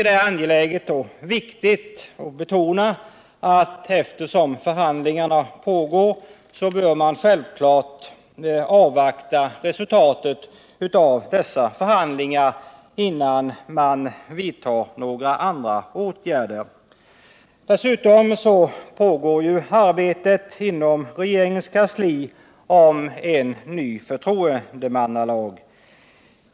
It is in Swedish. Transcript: Det är angeläget och viktigt att betona att man, eftersom förhandlingarna pågår, bör avvakta resultatet av dessa innan man vidtar några andra åtgärder. Dessutom pågår inom regeringens kansli arbetet på en ny förtroendemannalag.